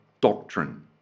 doctrine